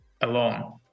alone